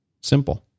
Simple